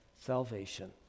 salvation